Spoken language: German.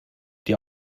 die